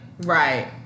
right